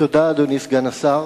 תודה, אדוני סגן השר.